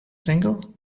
single